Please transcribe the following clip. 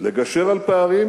לגשר על פערים